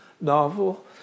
novel